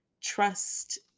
trust